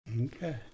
Okay